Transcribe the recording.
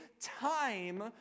time